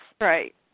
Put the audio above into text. Right